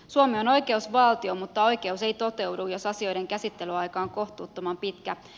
suomi on oikeusvaltio mutta oikeus ei toteudu jos asioiden käsittelyaika on kohtuuttoman pitkä